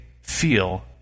feel